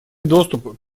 доступ